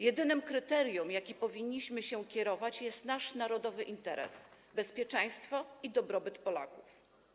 Jedynym kryterium, jakim powinniśmy się kierować, jest nasz narodowy interes, bezpieczeństwo i dobrobyt Polaków.